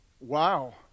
Wow